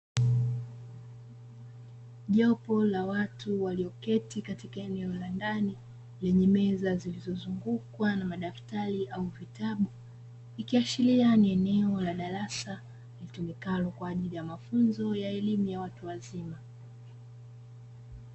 Jopo la watu walioketi katika eneo la ndani lenye meza zilizozungukwa na madaftari au vitabu, ikiashiria ni eneo la darasa litumikalo kwa ajili ya mafunzo ya elimu ya watu wazima.